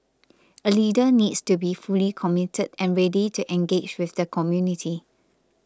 a leader needs to be fully committed and ready to engage with the community